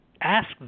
Ask